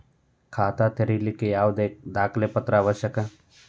ಖಾತಾ ತೆರಿಲಿಕ್ಕೆ ಯಾವ ದಾಖಲೆ ಪತ್ರ ಅವಶ್ಯಕ?